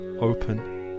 Open